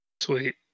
sweet